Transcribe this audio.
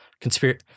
conspiracy